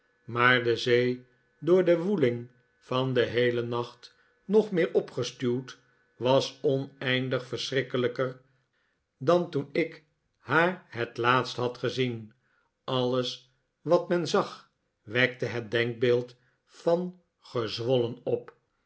maar de zee door de woeling van den heelen nacht nog meer opgestuwd was oneindig verschrikkelijker dan toen ik haar het laatst had gezien alles wat men zag wekte het denkbeeld van gezwollenop en